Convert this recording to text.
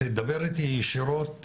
דבר איתי ישירות,